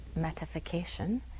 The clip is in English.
metification